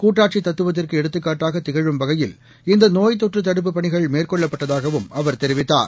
கூட்டாட்சி தத்துவத்திற்கு எடுத்துக்காட்டாக திகழும் வகையில் இந்த நோய் தொற்று தடுப்புப் பணிகள் மேற்கொள்ளப்பட்டதாகவும் அவர் தெரிவித்தார்